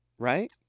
Right